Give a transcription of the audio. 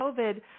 COVID